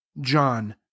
john